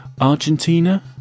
Argentina